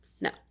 No